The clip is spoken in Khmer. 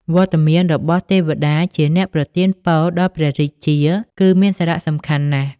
វត្តមានរបស់ទេវតាជាអ្នកប្រទានពរដល់ព្រះរាជា គឺមានសារៈសំខាន់ណាស់។